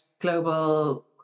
Global